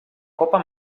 copa